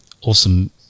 awesome